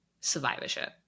survivorship